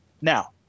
Now